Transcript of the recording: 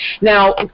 Now